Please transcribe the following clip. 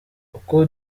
uko